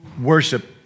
worship